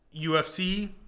UFC